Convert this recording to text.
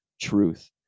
truth